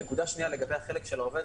לגבי החלק של העובד,